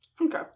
okay